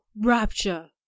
rapture